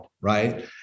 right